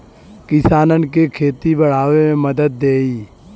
किसानन के खेती बड़ावे मे मदद देई